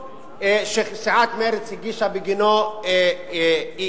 שסיעת מרצ הגישה בגינו אי-אמון,